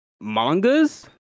mangas